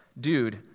Dude